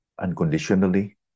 unconditionally